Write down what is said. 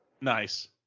Nice